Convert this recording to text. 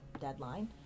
deadline